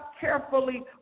carefully